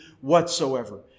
whatsoever